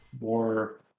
more